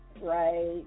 right